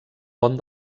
pont